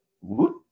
whoop